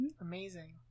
Amazing